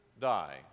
die